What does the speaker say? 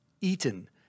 Eaton